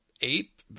ape